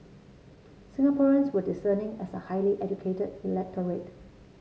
Singaporeans were discerning as a highly educated electorate